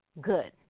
good